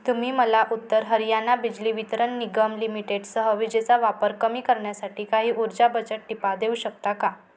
तुम्ही मला उत्तर हरियाणा बिजली वितरण निगम लिमिटेड सह विजेचा वापर कमी करण्यासाठी काही ऊर्जा बजत टिपा देऊ शकता का